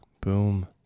Boom